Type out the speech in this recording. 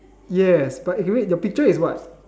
yes but what eh wait your picture is what